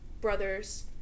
brother's